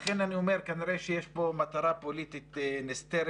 לכן אני אומר שכנראה שיש פה מטרה פוליטית נסתרת,